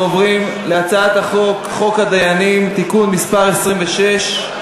אנחנו עוברים להצעת חוק הדיינים (תיקון מס' 26),